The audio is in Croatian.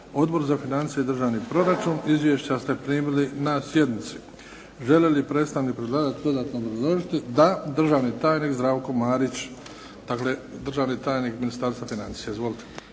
Odbor za financije i državni proračun. Izvješća ste primili na sjednici. Želi li predstavnik predlagatelja dodatno obrazložiti? Da. Državni tajnik Zdravko Marić. Dakle državni tajnik Ministarstva financija. Izvolite.